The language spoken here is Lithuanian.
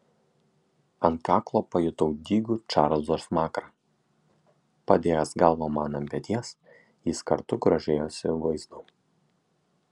ant kaklo pajutau dygų čarlzo smakrą padėjęs galvą man ant peties jis kartu grožėjosi vaizdu